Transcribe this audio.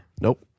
Nope